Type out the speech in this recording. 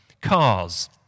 cars